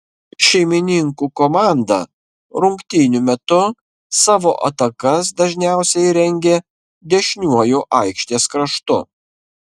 šeimininkų komanda rungtynių metu savo atakas dažniausiai rengė dešiniuoju aikštės kraštu